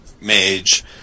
mage